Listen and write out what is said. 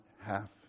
half